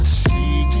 see